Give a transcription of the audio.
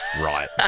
Right